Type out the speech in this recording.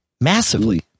massively